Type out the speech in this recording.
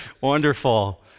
wonderful